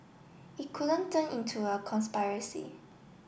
it couldn't turn into a conspiracy